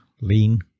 lean